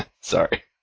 sorry